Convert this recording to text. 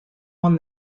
won